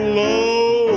low